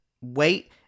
wait